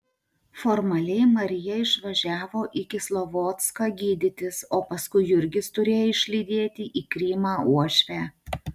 formaliai marija išvažiavo į kislovodską gydytis o paskui jurgis turėjo išlydėti į krymą uošvę